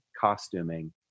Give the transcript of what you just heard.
costuming